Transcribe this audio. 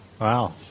Wow